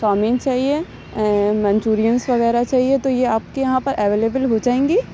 chowmein چاہیے manchurians وغیرہ چاہیے تو یہ آپ کے یہاں پر اویلیبل ہو جائیں گی